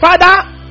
father